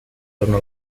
torno